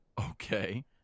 Okay